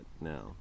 now